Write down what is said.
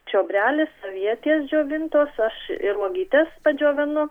čiobrelis avietės džiovintos aš ir uogytes padžiovinu